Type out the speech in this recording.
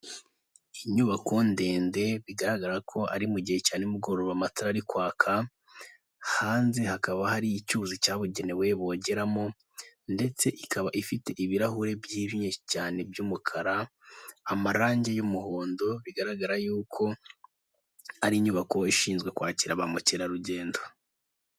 Inyubako ndende bigaragara ko ari mu gihe cya nimugoroba amatara ari kwaka, hanze hakaba hari icyuzi cyabugenewe bogeramo ndetse ikaba ifite ibirahuri byijimye cyane by'umukara, amarangi y'umuhondo, bigaragara yuko ari inyubako ishinzwe kwakira ba mukerarugendo.